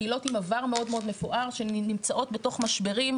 קהילות עם עבר מאוד מאוד מפואר שנמצאות בתוך משברים,